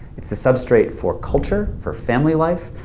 it's the substrate for culture, for family life,